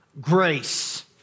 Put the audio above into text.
grace